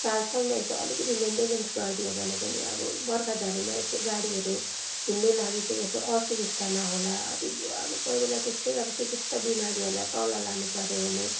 साल सालमा यसो अलिकति मेन्टेनेन्स गरिदियो भने पनि अब बर्खा झरीमा यसो गाडीहरू हिँड्नु लागि चाहिँ यसो असुबिस्ता नहोला त्यो अब कोही बेला त्यस्तो अब सिकिस्त बिमारीहरूलाई तल लानु पऱ्यो भने